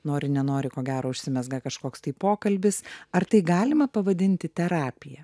nori nenori ko gero užsimezga kažkoks tai pokalbis ar tai galima pavadinti terapija